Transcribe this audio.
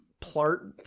plart